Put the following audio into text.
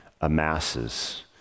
amasses